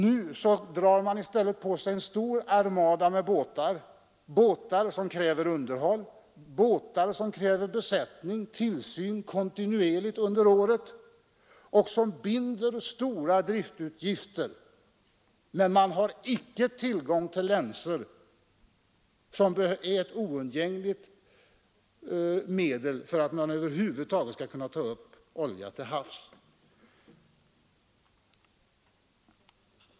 Nu drar man i stället på sig en stor armada av båtar som kräver underhåll, besättning och kontinuerlig tillsyn under året och som förorsakar stora driftutgifter. Men man har icke tillgång till länsor som är ett oundgängligt medel för att man över huvud taget skall kunna ta upp olja till havs.